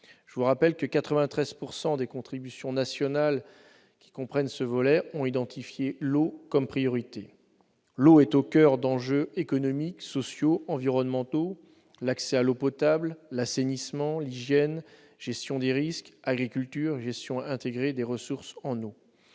Je vous rappelle que 93 % des contributions nationales qui comprennent ce volet ont identifié l'eau comme priorité. L'eau est au coeur d'enjeux économiques, sociaux et environnementaux : accès à l'eau potable, assainissement, hygiène, gestion des risques, agriculture, gestion intégrée des ressources en eau.